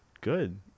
good